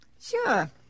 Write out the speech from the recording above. Sure